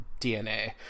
DNA